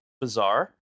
Bizarre